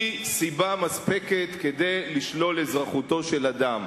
סיבה מספקת כדי לשלול אזרחותו של אדם.